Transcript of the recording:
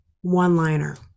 one-liner